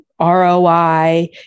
ROI